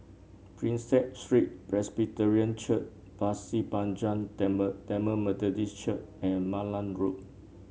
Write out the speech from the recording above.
Prinsep Street Presbyterian Church Pasir Panjang Tamil Tamil Methodist Church and Malan Road